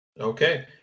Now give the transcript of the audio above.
Okay